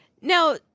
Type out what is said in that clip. Now